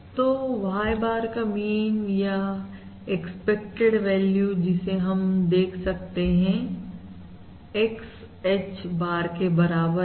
तो Y bar का mean या एक्सपेक्टेड वैल्यू जिसे हम देख सकते हैं XH bar के बराबर है